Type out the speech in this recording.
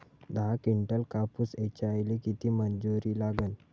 दहा किंटल कापूस ऐचायले किती मजूरी लागन?